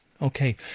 Okay